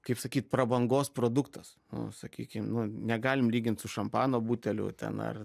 kaip sakyt prabangos produktas sakykim nu negalim lygint su šampano buteliu ten ar